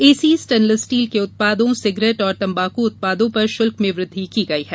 AC stainless steel के उत्पादों cigarette और तम्बाकू उत्पादों पर शुल्क में वृद्धि की गई है